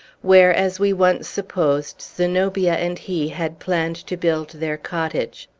where, as we once supposed, zenobia and he had planned to build their cottage.